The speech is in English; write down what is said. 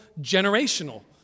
generational